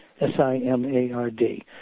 S-I-M-A-R-D